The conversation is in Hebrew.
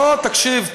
בוא, תקשיב.